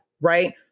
right